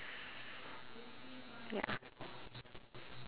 ya